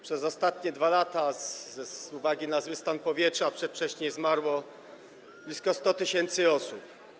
Przez ostatnie 2 lata z uwagi na zły stan powietrza przedwcześnie zmarło blisko 100 tys. osób.